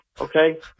Okay